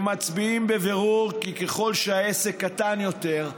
הם מצביעים בבירור כי ככל שהעסק קטן יותר,